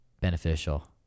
beneficial